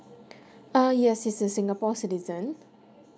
uh yes he's a singapore citizen